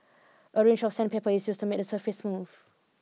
a range of sandpaper is used to make the surface smooth